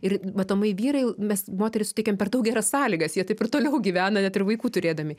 ir matomai vyrai mes moterys suteikiam per daug geras sąlygas jie taip ir toliau gyvena net ir vaikų turėdami